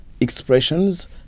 expressions